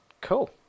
Cool